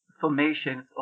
formations